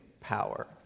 power